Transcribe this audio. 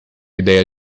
ideia